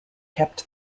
kept